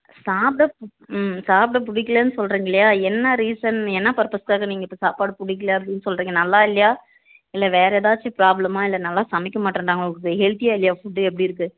சாப்பிட ம் சாப்பிட பிடிக்கிலன்னு சொல்லுறிங்கல்லியா என்ன ரீசன் என்னா பர்பஸ்க்காக நீங்கள் இப்போ சாப்பாடு பிடிக்கில அப்படின்னு சொல்லுறிங்க நல்லா இல்லையா இல்லை வேறு எதாச்சும் ப்ராப்ளமாக இல்லை நல்லா சமைக்க மாட்டன்றாங்களா ஹெல்தியால்லியாக ஃபுட்டு எப்படியிருக்கு